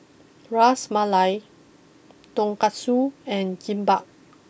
Ras Malai Tonkatsu and Kimbap